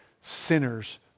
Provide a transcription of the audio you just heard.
sinners